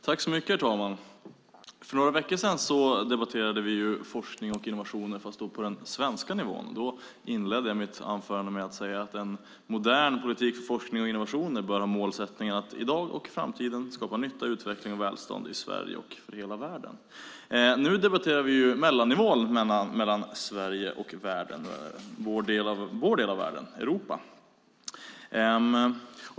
Herr talman! För några veckor sedan debatterade vi forskning och innovation på den svenska nivån. Då inledde jag mitt anförande med att säga att en modern politik för forskning och innovationer bör ha målsättningen att i dag och i framtiden skapa nytta, utveckling och välstånd i Sverige och i hela världen. Nu debatterar vi mellannivån mellan Sverige och världen, vår del av världen, Europa.